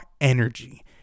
energy